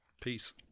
Peace